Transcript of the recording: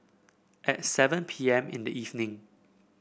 at seven P M in the evening